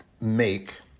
make